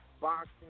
boxing